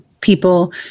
people